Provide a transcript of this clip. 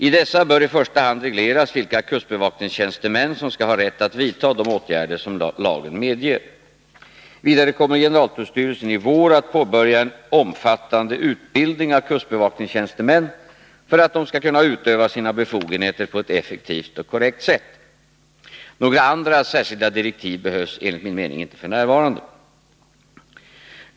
I dessa bör i första hand regleras vilka kustbevakningstjänstemän som skall ha rätt att vidta de åtgärder som lagen medger. Vidare kommer generaltullstyrelsen i vår att påbörja en omfattande utbildning av kustbevakningstjänstemän för att de skall kunna utöva sina befogenheter på ett effektivt och korrekt sätt. Några andra särskilda direktiv behövs enligt min mening inte f. n.